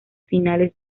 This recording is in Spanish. finales